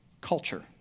culture